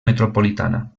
metropolitana